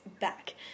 back